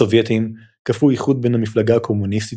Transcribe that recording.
הסובייטים כפו איחוד בין המפלגה הקומוניסטית